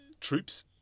troops